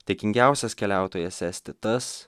dėkingiausias keliautojas esti tas